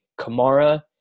Kamara